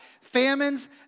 Famines